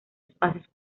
espacios